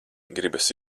gribas